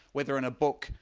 whether in a book,